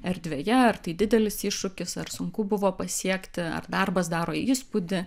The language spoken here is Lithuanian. erdvėje ar tai didelis iššūkis ar sunku buvo pasiekti ar darbas daro įspūdį